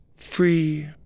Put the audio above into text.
free